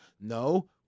no